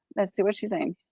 let's see what she's saying.